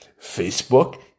Facebook